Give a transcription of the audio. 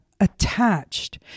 attached